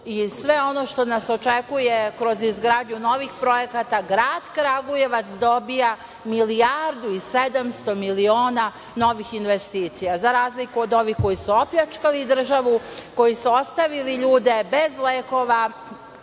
i sve ono što nas očekuje kroz izgradnju novih projekata, grad Kragujevac dobija milijardu i 700 miliona novih investicija, za razliku od ovih koji su opljačkali državu, koji su ostavili ljude bez lekova,